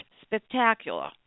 spectacular